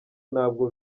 ntabwo